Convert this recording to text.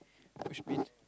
rubbish bin